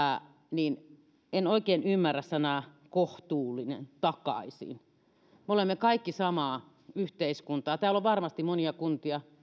niin en oikein ymmärrä sanoja kohtuullinen tai takaisin me olemme kaikki samaa yhteiskuntaa ja jos nyt ajatellaan vaikka kauniaista niin täällä on varmasti monia sellaisia kuntia